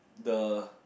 the